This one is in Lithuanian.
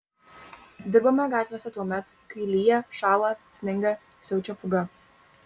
dirbame gatvėse tuomet kai lyja šąla sninga siaučia pūga